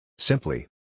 Simply